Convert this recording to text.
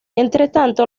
entretanto